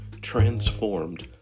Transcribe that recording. transformed